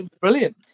brilliant